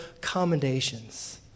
commendations